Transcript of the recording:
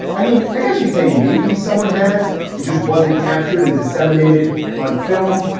i mean, i guess you could say maybe someone has it just wasn't captured and disseminated on film.